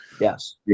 yes